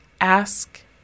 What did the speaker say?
ask